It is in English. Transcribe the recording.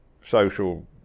social